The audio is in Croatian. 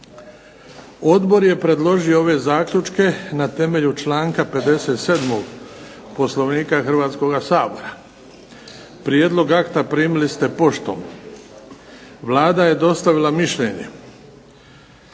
Odbor je predložio ove zaključke na temelju članka 57. Poslovnika Hrvatskoga sabora. Prijedlog akta primili ste poštom. Vlada je dostavila mišljenje.